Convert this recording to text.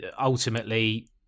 ultimately